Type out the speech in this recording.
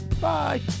Bye